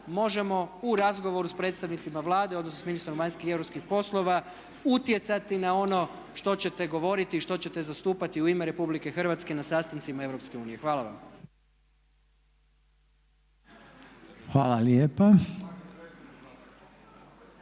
možemo u razgovoru s predstavnicima Vlade odnosno s ministrom vanjskih i europskih poslova utjecati na ono što ćete govoriti i što ćete zastupati u ime Republike Hrvatske na sastancima EU. Hvala vam. **Reiner,